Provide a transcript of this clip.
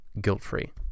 guilt-free